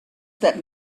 that